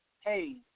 hey